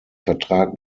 vertrag